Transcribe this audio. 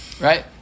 right